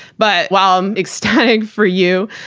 but while um ecstatic for you,